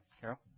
Carol